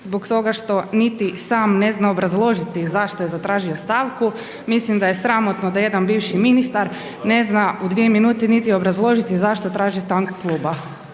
zbog toga što niti sam ne zna obrazložiti zašto je tražio stanku. Mislim da je sramotno da jedan bivši ministar ne zna u dvije minute niti obrazložiti zašto traži stanku kluba.